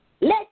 Let